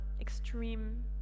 extreme